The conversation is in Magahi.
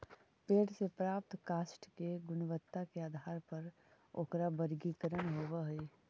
पेड़ से प्राप्त काष्ठ के गुणवत्ता के आधार पर ओकरा वर्गीकरण होवऽ हई